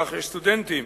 כך שסטודנטים